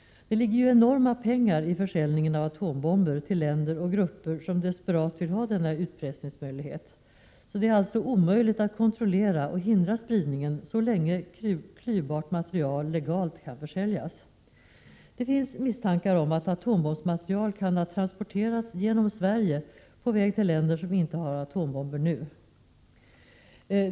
Det ligger ju enorma pengar i försäljningen av atombomber till länder och grupper som desperat strävar efter att ha denna utpressningsmöjlighet. Det är alltså omöjligt att kontrollera och hindra spridningen så länge klyvbart material kan försäljas legalt. Det finns misstankar om att atombombsmaterial kan ha transporterats genom Sverige på väg till länder som inte har atombomber nu.